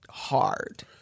hard